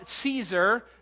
Caesar